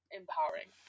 empowering